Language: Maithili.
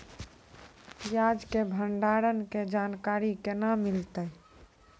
प्याज के भंडारण के जानकारी केना मिलतै?